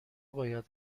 باید